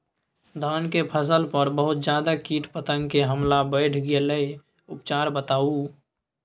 धान के फसल पर बहुत ज्यादा कीट पतंग के हमला बईढ़ गेलईय उपचार बताउ?